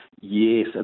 Yes